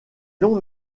longs